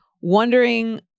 wondering